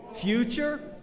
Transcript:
future